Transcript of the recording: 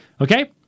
Okay